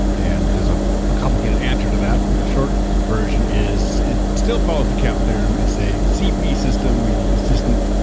and there's a complicated answer to that, but the short version is it still follows the cap theorem. it's a cp system, meaning consistent,